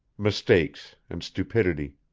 mistakes and stupidity